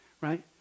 right